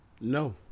No